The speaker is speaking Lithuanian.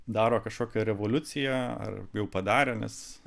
daro kažkokią revoliuciją ar jau padarė nes